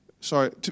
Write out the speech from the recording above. Sorry